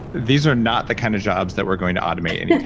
these are not the kind of jobs that we're going to automate anytime